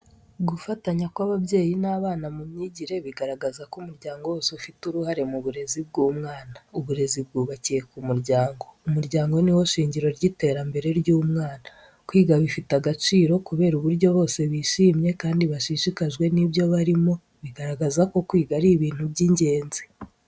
Gufatanya kw’ababyeyi n’abana mu myigire biragaragaza ko umuryango wose ufite uruhare mu burezi bw’umwana. Uburezi bwubakiye ku muryango. Umuryango ni wo shingiro ry’iterambere ry’umwana. Kwiga bifite agaciro kubera uburyo bose bishimye kandi bashishikajwe n’ibyo barimo, bigaragaza ko kwiga ari ibintu by’ingenzi.